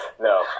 no